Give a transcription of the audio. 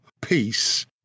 peace